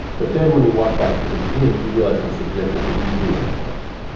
but then when he walked back through the museum he realized how subjective the museum was.